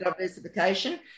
diversification